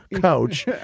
coach